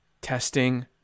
testing